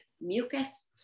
mucus